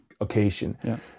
occasion